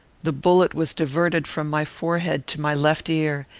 the bullet was diverted from my forehead to my left ear,